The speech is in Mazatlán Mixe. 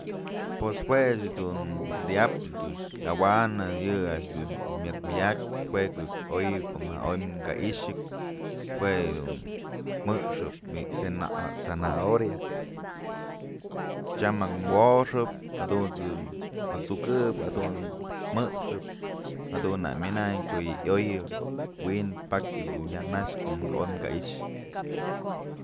Pues juech tedyap dux yawanë yë a'ax dux myëtmëdyakpë juek oyëk ko'o najk oy ka i'ixëk jue yëdun jëxëp bi'i zena zanahoria chamëk woxëp jadunt's at'sukëp jadunt's jëxëp jadun nak myënay ko'o yë yoyë wi'i pakya dun yaj nax ko'o naj dun oy ka i'ixë.